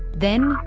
then,